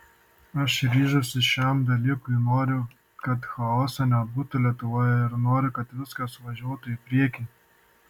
aš ryžausi šiam dalykui noriu kad chaoso nebūtų lietuvoje ir noriu kad viskas važiuotų į priekį